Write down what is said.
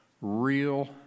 real